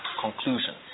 conclusion